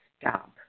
stop